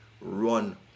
run